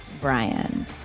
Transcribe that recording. Brian